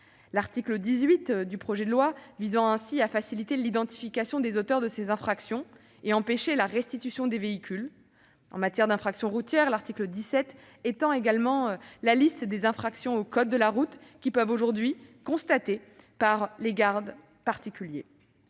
L'article 18 du projet de loi vise ainsi à faciliter l'identification des auteurs de ces infractions et à empêcher la restitution de véhicules. En matière d'infractions routières, l'article 17 étend la liste des infractions au code de la route qui peuvent être constatées par les gardes particuliers.